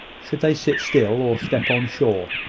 should they sit still, or step on shore?